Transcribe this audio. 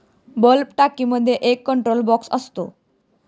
bulk टाकीमध्ये एक control box असतो